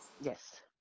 yes